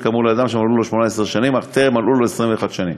כאמור לאדם שמלאו לו 18 שנים אך טרם מלאו לו 21 שנים.